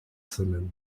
semaine